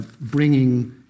bringing